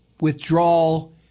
withdrawal